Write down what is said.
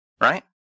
right